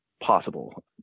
possible